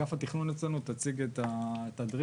מאגף התכנון אצלנו תציג את התדריך.